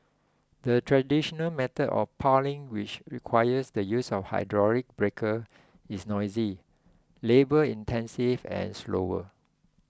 the traditional method of piling which requires the use of a hydraulic breaker is noisy labour intensive and slower